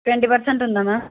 twenty percent ఉందా ma'am